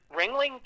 Ringling